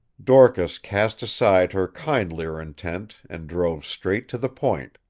dorcas cast aside her kindlier intent and drove straight to the point.